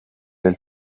del